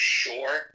sure